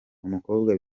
umukobwa